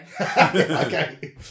okay